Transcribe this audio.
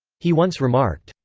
he once remarked,